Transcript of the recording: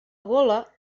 gola